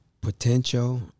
potential